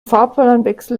fahrplanwechsel